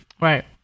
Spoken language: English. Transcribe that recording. Right